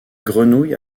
grenouille